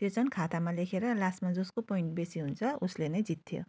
त्यो चाहिँ खातामा लेखेर लास्टमा जसको पोइन्ट बेसी हुन्छ उसले नै जित्थ्यो